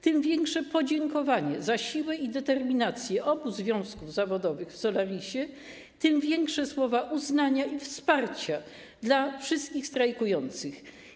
Tym większe podziękowanie za siłę i determinację obu związków zawodowych w Solarisie, tym większe słowa uznania i wsparcia dla wszystkich strajkujących.